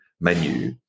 menu